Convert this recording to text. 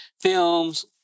films